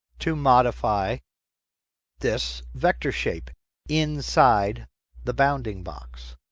to modify this vector shape inside the bounding box.